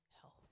health